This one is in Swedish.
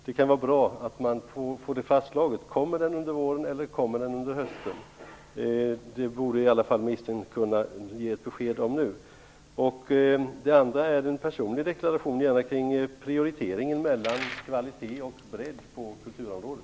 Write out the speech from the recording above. Det kan vara bra att få det fastslaget: Kommer den under våren eller under hösten? Det borde ministern kunna ge besked om nu. Den andra frågan gäller en personlig deklaration kring prioritering mellan kvalitet och bredd på kulturområdet.